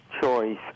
choice